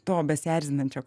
to besierzinančio